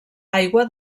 aigua